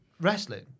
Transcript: wrestling